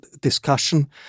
discussion